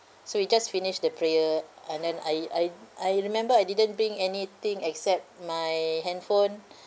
so we just finished the prayer and then I I I remember I didn't bring anything except my handphone